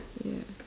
ya